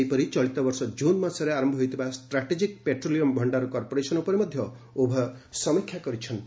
ସେହିପରି ଚଳିତବର୍ଷ ଜୁନ୍ ମାସରେ ଆରମ୍ଭ ହୋଇଥିବା ଷ୍ଟ୍ରାଟାଜିକ୍ ପେଟ୍ରୋଲିୟମ୍ ଭଣ୍ଡାର କର୍ପୋରେସନ୍ ଉପରେ ମଧ୍ୟ ଉଭୟ ସମୀକ୍ଷା କରିଛନ୍ତି